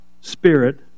spirit